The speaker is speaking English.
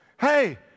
Hey